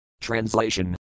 Translation